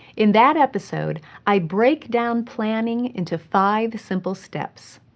in that episode, i break down planning into five simple steps,